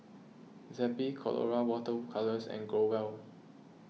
Zappy Colora Water Colours and Growell